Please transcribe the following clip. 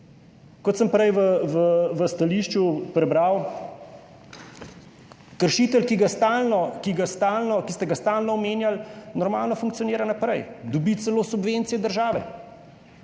Kot sem prej v stališču prebral, kršitelj, ki ste ga stalno omenjali, normalno funkcionira naprej, dobi celo subvencije države.